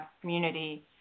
community